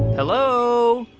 hello